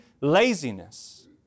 laziness